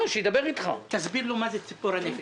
אסביר בפירוט רב